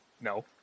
No